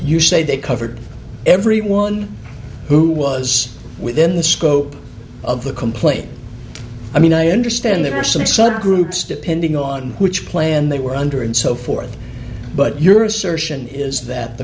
you say they covered everyone who was within the scope of the complaint i mean i understand there are some except groups depending on which plan they were under and so forth but your assertion is that the